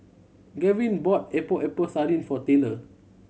Gaven bought Epok Epok Sardin for Taylor